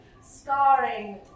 scarring